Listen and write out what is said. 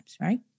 right